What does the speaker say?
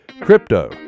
Crypto